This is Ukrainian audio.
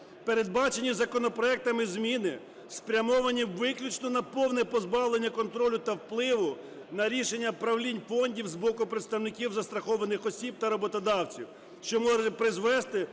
Передбачені законопроектами зміни спрямовані виключно на повне позбавлення контролю та впливу на рішення правлінь фондів з боку представників застрахованих осіб та роботодавців, що може призвести